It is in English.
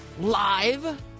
live